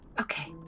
Okay